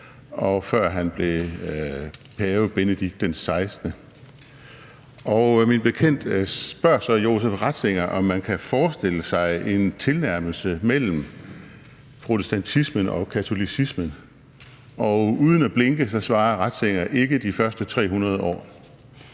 og før han blev pave Benedikt den 16. Og min bekendte spørger så Josef Ratzinger, om man kan forestille sig en tilnærmelse mellem protestantismen og katolicismen. Og uden at blinke svarer Ratzinger: Ikke de første 300 år.